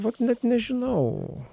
vat net nežinau